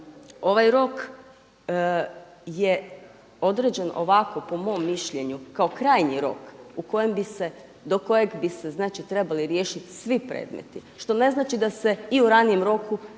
ovaj rok je određen ovako po mom mišljenju kao krajnji rok do kojeg bi se znači trebali riješiti svi predmeti što ne znači da se i u ranijem roku